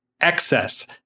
excess